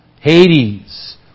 Hades